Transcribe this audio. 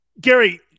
Gary